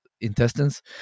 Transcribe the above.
intestines